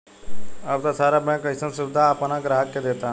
अब त सारा बैंक अइसन सुबिधा आपना ग्राहक के देता